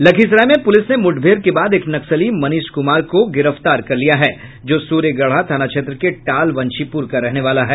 लखीसराय में पूलिस ने मूठभेड़ के बाद एक नक्सली मनीष कुमार को गिरफ्तार किया है जो सूर्यगढ़ा थाना क्षेत्र के टाल वंशीपुर का रहने वाला है